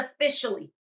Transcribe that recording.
officially